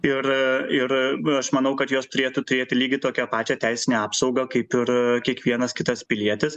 ir ir aš manau kad jos turėtų turėti lygiai tokią pačią teisinę apsaugą kaip ir kiekvienas kitas pilietis